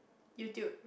YouTube